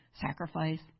sacrifice